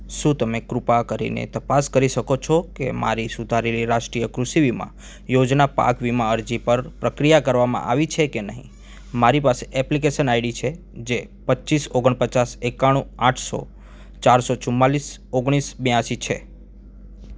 શું તમે કૃપા કરીને તપાસ કરી શકો છો કે મારી સુધારેલી રાષ્ટ્રીય કૃષિ વીમા યોજના પાક વીમા અરજી પર પ્રક્રિયા કરવામાં આવી છે કે નહીં મારી પાસે એપ્લિકેસન આઈડી છે જે પચ્ચીસ ઓગણપચાસ એકાણું આઠસો ચારસો ચુમ્માલીસ ઓગણીસ બ્યાંશી છે